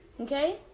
Okay